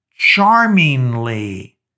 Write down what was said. charmingly